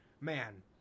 man